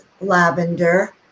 lavender